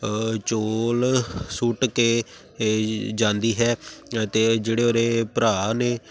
ਚੋਲ ਸੁੱਟ ਕੇ ਇਹ ਜਾਂਦੀ ਹੈ ਅਤੇ ਜਿਹੜੇ ਉਹਦੇ ਭਰਾ ਨੇ